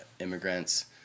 immigrants